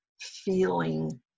feeling